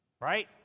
Right